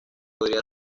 podría